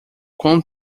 quão